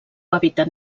hàbitat